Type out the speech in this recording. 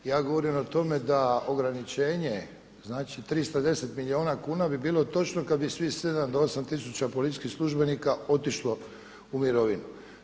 Ja govorim o tome da ograničenje znači 310 milijuna kuna bi bilo točno kad bi svih 7 do 8 tisuća policijskih službenika otišlo u mirovinu.